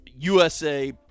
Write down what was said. USA